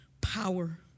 power